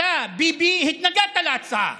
אתה, ביבי, התנגדת להצעה,